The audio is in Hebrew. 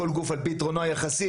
כל גוף על פי יתרונו היחסי,